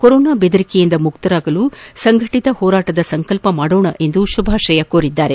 corona ಬೆದಂಕೆಯಿಂದ ಮುಕ್ತರಾಗಲು ಸಂಘಟತ ಹೋರಾಟದ ಸಂಕಲ್ಪ ಮಾಡೋಣ ಎಂದು ಶುಭಾಶಯ ಕೋರಿದ್ದಾರೆ